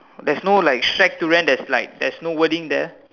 there's no like shack to rent there's no wording there